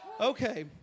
Okay